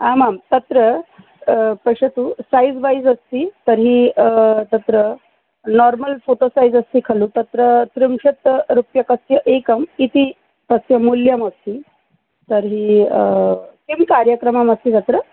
आमां तत्र पश्यतु सैज़् वैज़् अस्ति तर्हि तत्र नार्मल् फ़ोटो सैज़् अस्ति खलु तत्र त्रिंशत् रूप्यकस्य एकम् इति तस्य मूल्यमस्ति तर्हि किं कार्यक्रममस्ति तत्र